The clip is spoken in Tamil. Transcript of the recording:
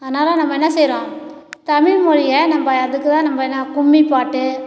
அதனால் நம்ம என்ன செய்கிறோம் தமிழ் மொழியை நம்ம அதுக்கு தான் நம்ம நா கும்மி பாட்டு